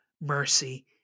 mercy